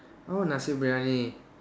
oh Nasi-Briyani